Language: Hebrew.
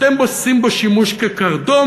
אתם עושים בו שימוש כקרדום,